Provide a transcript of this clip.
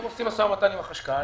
הם עושים משא ומתן עם החשכ"ל.